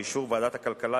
באישור ועדת הכלכלה,